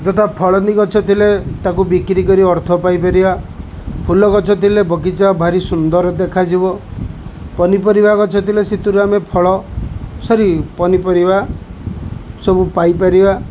ଯଥା ଫଳନ୍ତି ଗଛ ଥିଲେ ତାକୁ ବିକ୍ରି କରି ଅର୍ଥ ପାଇପାରିବା ଫୁଲ ଗଛ ଥିଲେ ବଗିଚା ଭାରି ସୁନ୍ଦର ଦେଖାଯିବ ପନିପରିବା ଗଛ ଥିଲେ ସେଥିରୁ ଆମେ ଫଳ ସରୀ ପନିପରିବା ସବୁ ପାଇପାରିବା